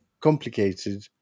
complicated